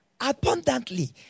abundantly